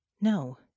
No